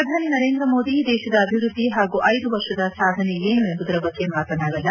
ಪ್ರಧಾನಿ ನರೇಂದ್ರ ಮೋದಿ ದೇಶದ ಅಭಿವೃದ್ದಿ ಹಾಗೂ ಐದು ವರ್ಷದ ಸಾಧನೆ ಏನು ಎಂಬುದರ ಬಗ್ಗೆ ಮಾತನಾಡಲ್ಲ